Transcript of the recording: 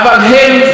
הם עניים,